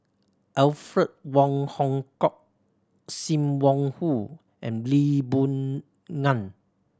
Alfred Wong Hong Kwok Sim Wong Hoo and Lee Boon Ngan